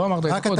לא אמרת את זה.